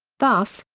thus,